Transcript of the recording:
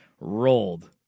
rolled